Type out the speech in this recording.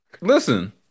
Listen